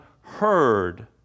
heard